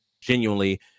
genuinely